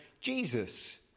Jesus